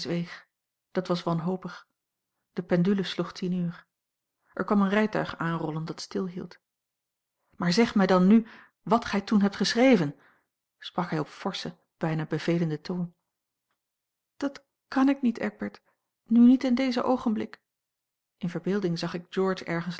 dat was wanhopig de pendule sloeg tien uur er kwam een rijtuig aanrollen dat stilhield maar zeg mij dan n wat gij toen hebt geschreven sprak hij op forschen bijna bevelenden toon dat kan ik niet eckbert nu niet in dezen oogenblik in verbeelding zag ik george ergens